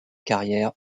carrière